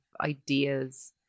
ideas